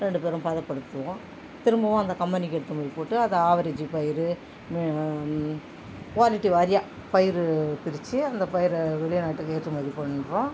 ரெண்டு பேரும் பதப்படுத்துவோம் திரும்பவும் அந்த கம்பெனிக்கு எடுத்துன்னு போய் போட்டு அதை அவரேஜூ பயிர் குவாலிட்டி வாரியாக பயிர் பிரித்து அந்த பயிரை வெளிநாட்டுக்கு ஏற்றுமதி பண்ணுறோம்